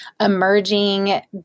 emerging